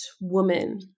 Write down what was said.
woman